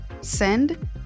send